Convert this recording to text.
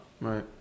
Right